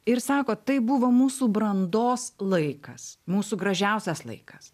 ir sako tai buvo mūsų brandos laikas mūsų gražiausias laikas